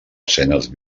escenes